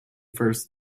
first